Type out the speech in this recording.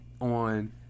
on